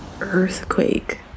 earthquake